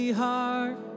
heart